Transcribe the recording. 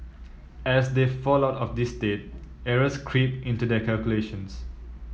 as they fall out of this state errors creep into their calculations